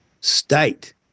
state